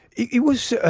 it it was